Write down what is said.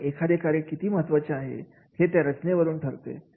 आणि एखादे कार्य किती महत्त्वाचा आहे हे त्याच्या रचनेवरून ठरते